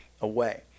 away